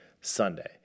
Sunday